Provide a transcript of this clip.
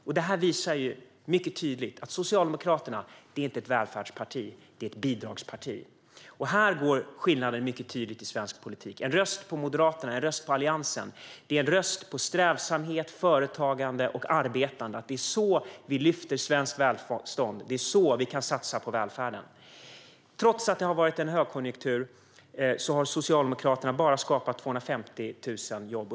Det här visar ju mycket tydligt att Socialdemokraterna inte är ett välfärdsparti utan ett bidragsparti. Här går skiljelinjen mycket tydligt i svensk politik. En röst på Moderaterna och Alliansen är en röst på strävsamhet, företagande och arbete. Det är så vi lyfter svenskt välstånd. Det är så vi kan satsa på välfärden. Trots att det har varit högkonjunktur har Socialdemokraterna bara skapat 250 000 jobb.